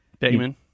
Damon